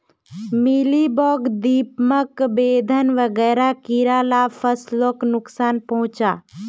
mealybug, दीमक, बेधक वगैरह कीड़ा ला फस्लोक नुक्सान पहुंचाः